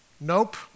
Nope